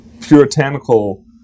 puritanical